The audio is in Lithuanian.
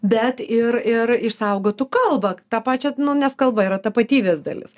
bet ir ir išsaugotų kalbą tą pačią nu nes kalba yra tapatybės dalis